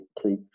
quote